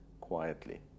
quietly